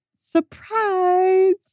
surprise